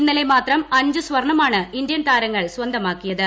ഇന്നലെ മാത്രം അഞ്ച് സ്വർണ്ണമാണ് ഇന്ത്യൻ താഴ്നങ്ങൾ ്സ്വന്തമാക്കിയത്